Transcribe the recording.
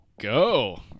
go